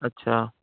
اچھا